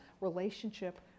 relationship